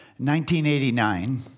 1989